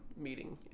meeting